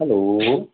hello